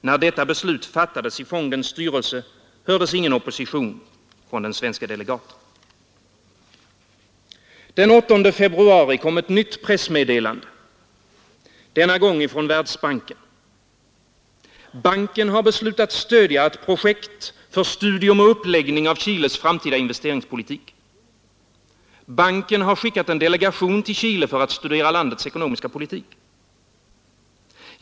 När detta beslut fattades i fondens styrelse hördes ingen opposition från den svenske delegaten. Den 8 februari kom ett nytt pressmeddelande, denna gång från Världsbanken. Banken har beslutat stödja ett projekt för studium och uppläggning av Chiles framtida investeringspolitik. Banken har skickat en delegation till Chile för att studera landets ekonomiska politik.